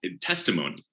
testimony